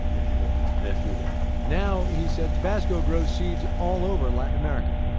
if you will if you will now, he says, tabasco grows seeds all over latin america.